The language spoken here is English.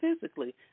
physically